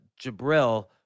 Jabril